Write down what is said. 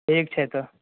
ठीक छै तऽ